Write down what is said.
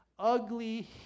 Ugly